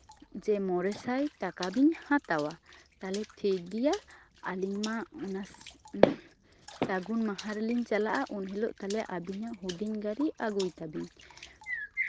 ᱡᱮ ᱢᱚᱬᱮᱥᱟᱭ ᱴᱟᱠᱟ ᱵᱤᱱ ᱦᱟᱛᱟᱣᱟ ᱛᱟᱦᱚᱞᱮ ᱴᱷᱤᱠ ᱜᱮᱭᱟ ᱟᱹᱞᱤᱧ ᱢᱟ ᱚᱱᱟ ᱥᱟᱹᱜᱩᱱ ᱢᱟᱦᱟ ᱨᱮᱞᱤᱧ ᱪᱟᱞᱟᱜᱼᱟ ᱩᱱᱦᱤᱞᱳᱜ ᱛᱟᱦᱚᱞᱮ ᱟᱹᱵᱤᱱᱟᱜ ᱦᱩᱰᱤᱧ ᱜᱟᱹᱰᱤ ᱟᱜᱩᱭ ᱛᱟᱵᱤᱱ